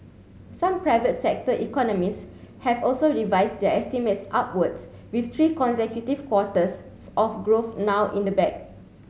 some private sector economists have also revised their estimates upwards with three consecutive quarters of growth now in the bag